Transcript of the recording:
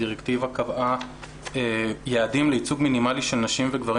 הדירקטיבה קבעה יעדים לייצוג מינימלי של נשים וגברים